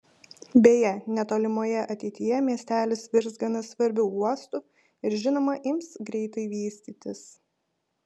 beje netolimoje ateityje miestelis virs gana svarbiu uostu ir žinoma ims greitai vystytis